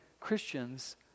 Christians